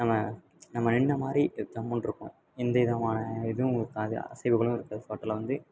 நம்ம நம்ம நின்ற மாதிரி ஜம்முனு இருக்கும் எந்தவிதமான இதுவும் இருக்காது அசைவுகளும் இருக்காது ஃபோட்டோவில் வந்து